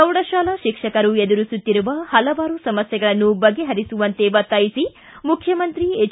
ಪ್ರೌಢಶಾಲಾ ಶಿಕ್ಷಕರು ಎದುರಿಸುತ್ತಿರುವ ಹಲವಾರು ಸಮಸ್ಥೆಗಳನ್ನು ಬಗೆಹರಿಸುವಂತೆ ಒತ್ತಾಯಿಸಿ ಮುಖ್ಯಮಂತ್ರಿ ಎಚ್